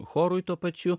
chorui tuo pačiu